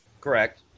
Correct